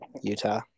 Utah